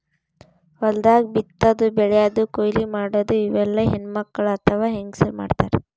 ಹೊಲ್ದಾಗ ಬಿತ್ತಾದು ಬೆಳ್ಯಾದು ಕೊಯ್ಲಿ ಮಾಡದು ಇವೆಲ್ಲ ಹೆಣ್ಣ್ಮಕ್ಕಳ್ ಅಥವಾ ಹೆಂಗಸರ್ ಮಾಡ್ತಾರ್